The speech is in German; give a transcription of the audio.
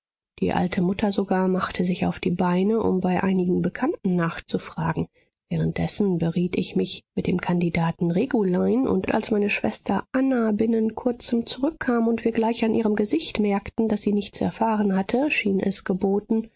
die alte mutter sogar machte sich auf die beine um bei einigen bekannten nachzufragen währenddessen beriet ich mich mit dem kandidaten regulein und als meine schwester anna binnen kurzem zurückkam und wir gleich an ihrem gesicht merkten daß sie nichts erfahren hatte schien es geboten